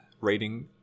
rating